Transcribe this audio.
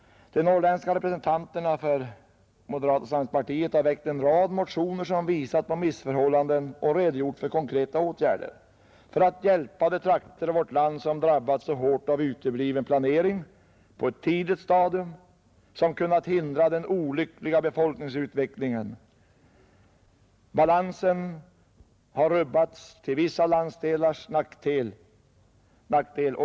De norrländska representanterna för moderata samlingspartiet har väckt en rad motioner som visar på missförhållanden och redogör för konkreta åtgärder för att hjälpa de trakter i vårt land som drabbats så hårt av att en planering på ett tidigt stadium, vilken kunnat hindra den olyckliga befolkningsutvecklingen, har uteblivit. Balansen har rubbats till vissa landsdelars nackdel.